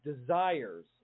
desires